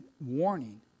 warning